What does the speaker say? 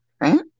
right